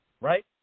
right